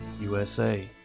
USA